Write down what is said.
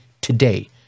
today